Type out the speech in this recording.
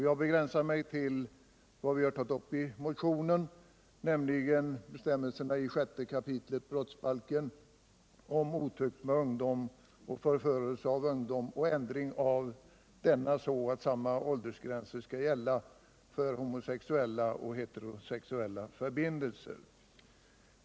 Jag begränsar mig därvid till vad vi har tagit upp i motionen, nämligen bestämmelserna i 6 kap. brottsbalken om otukt med ungdom och förförelse av ungdom samt ändring av dessa bestämmelser så att samma åldersgränser skall gälla för homosexuella och heterosexuella förbindelser.